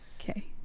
okay